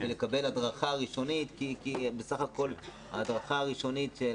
כדי לקבל הדרכה ראשונית כי בסך הכול ההדרכה הראשונית של